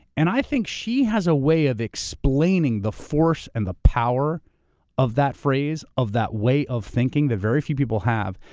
and i think she has a way of explaining the force and the power of that phrase, of that way of thinking that very few people have,